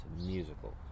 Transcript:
musical